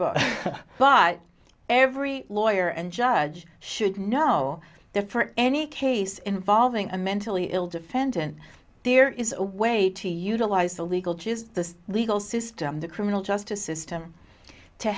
but every lawyer and judge should know different any case involving a mentally ill defendant there is a way to utilize the legal just the legal system the criminal justice system to